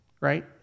Right